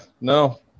no